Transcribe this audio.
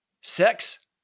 sex